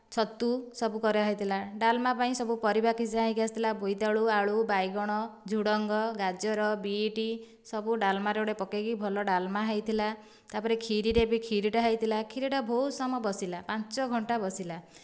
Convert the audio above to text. ଛତୁ ସବୁ କରାହୋଇଥିଲା ଡାଲମା ପାଇଁ ସବୁ ପରିବା ହୋଇକି ଆସିଥିଲା ବୋଇତାଳୁ ଆଳୁ ବାଇଗଣ ଝୁଡ଼ଙ୍ଗ ଗାଜର ବିଟ୍ ସବୁ ଡାଲମାରେ ଗୋଟେ ପକାଇକି ଭଲ ଡାଲମା ହୋଇଥିଲା ତା'ପରେ ଖିରିରେ ବି ଖିରିଟା ହୋଇଥିଲା ଖିରିଟା ବହୁତ ସମୟ ବସିଲା ପାଞ୍ଚ ଘଣ୍ଟା ବସିଲା